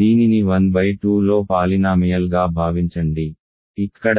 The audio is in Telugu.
దీనిని 1 2లో పాలినామియల్ గా భావించండి ఇక్కడ a0